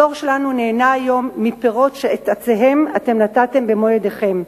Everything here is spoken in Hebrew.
הדור שלנו נהנה היום מפירות העצים שאתם נטעתם במו-ידיכם.